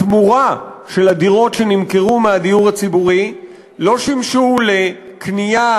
התמורה על הדירות שנמכרו מהדיור הציבורי לא שימשה לקנייה